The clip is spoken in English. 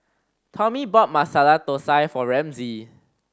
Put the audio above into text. Tommy bought Masala Thosai for Ramsey